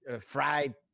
fried